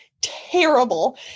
terrible